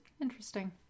Interesting